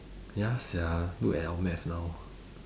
ya sia look at our maths now